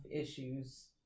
issues